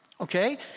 okay